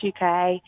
UK